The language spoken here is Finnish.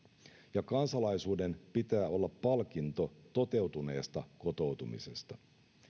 ja kansalaisuuden pitää olla palkinto toteutuneesta kotoutumisesta